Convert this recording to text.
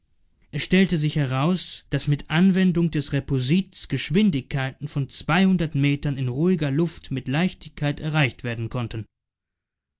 es stellte sich heraus daß mit anwendung des repulsits geschwindigkeiten von metern in ruhiger luft mit leichtigkeit erreicht werden konnten